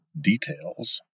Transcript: details